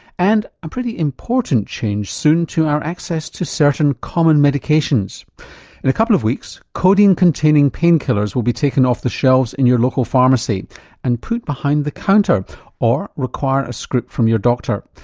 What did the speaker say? and, a pretty important change soon to our access to certain common medications. in a couple of weeks codeine containing pain killers will be taken off the shelves in your local pharmacy and put behind the counter or require a script from your doctor.